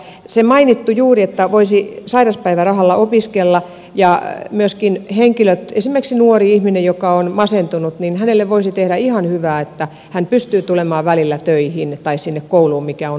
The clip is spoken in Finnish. se on mainittu juuri että voisi sairauspäivärahalla opiskella ja myöskin esimerkiksi nuorelle ihmiselle joka on masentunut voisi tehdä ihan hyvää että hän pystyy tulemaan välillä töihin tai sinne kouluun mikä on opiskelijan työtä